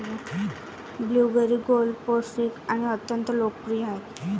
blueberry गोड, पौष्टिक आणि अत्यंत लोकप्रिय आहेत